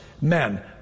Men